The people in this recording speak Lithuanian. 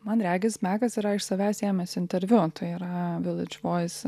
man regis mekas yra iš savęs ėmęs interviu tai yra village voice